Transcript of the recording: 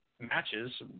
matches